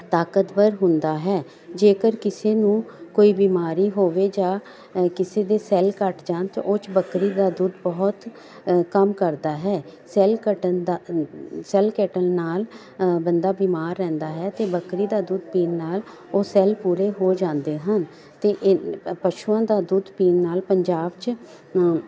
ਤਾਕਤਵਰ ਹੁੰਦਾ ਹੈ ਜੇਕਰ ਕਿਸੇ ਨੂੰ ਕੋਈ ਬਿਮਾਰੀ ਹੋਵੇ ਜਾਂ ਅ ਕਿਸੇ ਦੇ ਸੈੱਲ ਘੱਟ ਜਾਣ ਤਾਂ ਉਹ 'ਚ ਬੱਕਰੀ ਦਾ ਦੁੱਧ ਬਹੁਤ ਅ ਕੰਮ ਕਰਦਾ ਹੈ ਸੈਲ ਘਟਣ ਦਾ ਸੈਲ ਘਟਣ ਨਾਲ ਅ ਬੰਦਾ ਬਿਮਾਰ ਰਹਿੰਦਾ ਹੈ ਅਤੇ ਬੱਕਰੀ ਦਾ ਦੁੱਧ ਪੀਣ ਨਾਲ ਉਹ ਸੈਲ ਪੂਰੇ ਹੋ ਜਾਂਦੇ ਹਨ ਅਤੇ ਇਨ ਪਸ਼ੂਆਂ ਦਾ ਦੁੱਧ ਪੀਣ ਨਾਲ ਪੰਜਾਬ 'ਚ